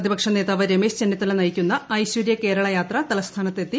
പ്രതിപകള് നേതാവ് രമേശ് ചെന്നിത്തല നയിക്കുന്ന ഐശ്വരൃ കേരള് ്യാത്ര് തലസ്ഥാനത്ത് എത്തി